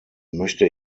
möchte